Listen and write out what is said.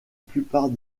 plupart